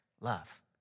Love